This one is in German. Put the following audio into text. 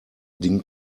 ding